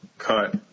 cut